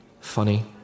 Funny